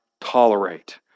tolerate